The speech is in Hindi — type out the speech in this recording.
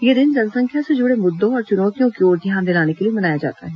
यह दिन जनसंख्या से जुड़े मुद्दों और चुनौतियों की ओर ध्यान दिलाने के लिए मनाया जाता है